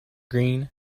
green